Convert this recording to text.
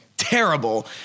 Terrible